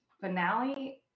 finale